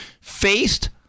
faced